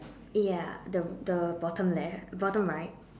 ya the the bottom left bottom right